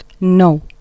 no